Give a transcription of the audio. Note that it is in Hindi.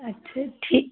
अच्छा ठीक